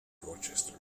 rochester